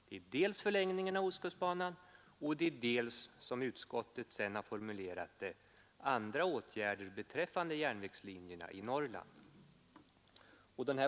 Det gäller dels förlängningen av ostkustbanan, dels — som utskottet sedan har formulerat det — ”andra åtgärder beträffande järnvägslinjerna i Norrland”.